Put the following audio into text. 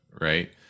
right